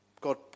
God